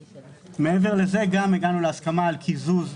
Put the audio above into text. מעבר לזה גם הגענו להסכמה על קיזוז,